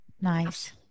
Nice